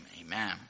Amen